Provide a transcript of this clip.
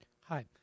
Hi